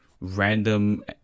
random